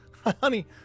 Honey